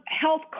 health